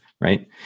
right